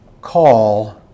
call